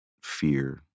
fear